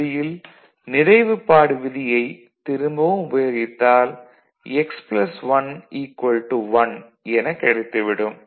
இறுதியில் நிறைவுப்பாடு விதியைத் திரும்பவும் உபயோகித்தால் x ப்ளஸ் 1 1 என கிடைத்திடும்